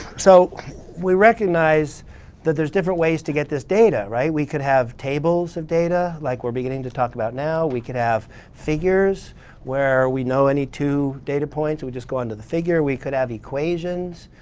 so we recognize that there's different ways to get this data, right? we could have tables of data, like we're beginning to talk about now. we could have figures where we know any two data points. we just go into the figure. we could have equations.